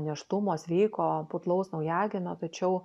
nėštumo sveiko putlaus naujagimio tačiau